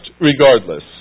regardless